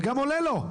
וגם עולה לו.